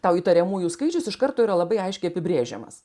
tau įtariamųjų skaičius iš karto yra labai aiškiai apibrėžiamas